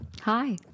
Hi